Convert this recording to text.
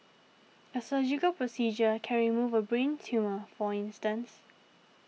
a surgical procedure can remove a brain tumour for instance